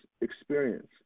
experience